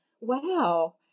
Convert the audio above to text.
wow